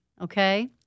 okay